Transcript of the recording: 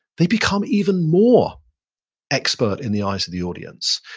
they become even more expert in the eyes of the audience.